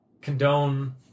condone